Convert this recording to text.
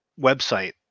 website